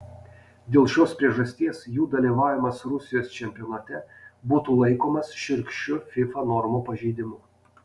dėl šios priežasties jų dalyvavimas rusijos čempionate būtų laikomas šiurkščiu fifa normų pažeidimu